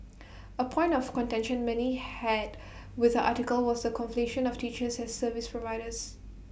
A point of contention many had with article was the conflation of teachers as service providers